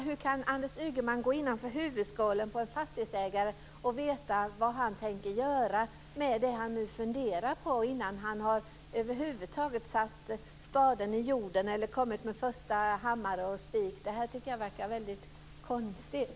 Hur kan Anders Ygeman gå innanför huvudsvålen på en fastighetsägare och veta vad han tänker göra innan han över huvud taget har satt spaden i jorden eller kommit med hammare och spik? Det här tycker jag verkar väldigt konstigt.